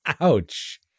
Ouch